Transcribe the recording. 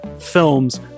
films